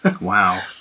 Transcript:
Wow